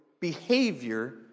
behavior